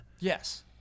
yes